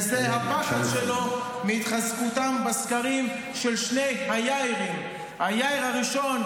זה הפחד שלו מהתחזקותם בסקרים של שני היאירים: היאיר הראשון,